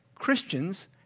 Christians